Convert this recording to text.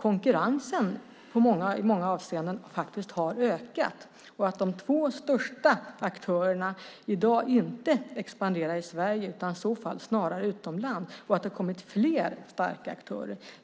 Konkurrensen har i många avseenden ökat. De två största aktörerna expanderar i dag inte i Sverige utan snarare i så fall utomlands. Det har kommit fler starka aktörer.